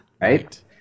Right